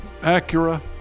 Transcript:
Acura